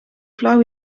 flauw